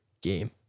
game